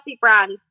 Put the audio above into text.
brand